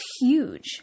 huge